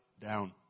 down